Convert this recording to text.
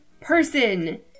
person